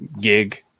Gig